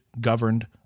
governed